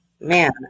Man